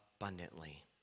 abundantly